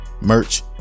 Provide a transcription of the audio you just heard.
merch